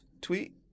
tweet